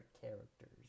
characters